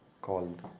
called